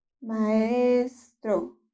Maestro